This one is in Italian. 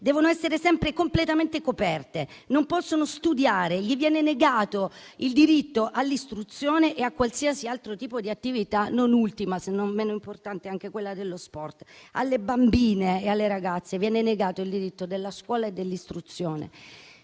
devono essere sempre completamente coperte, non possono studiare, viene negato loro il diritto all'istruzione e a qualsiasi altro tipo di attività, non ultima, se non meno importante, quella sportiva. Alle bambine e alle ragazze viene negato il diritto all'istruzione.